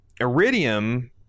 Iridium